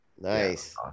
nice